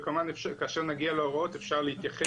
וכמובן כאשר נגיע להוראות אפשר להתייחס לזה.